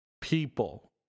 people